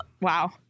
Wow